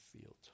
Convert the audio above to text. field